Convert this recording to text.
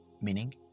meaning